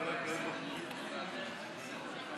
חברי הכנסת, תוצאה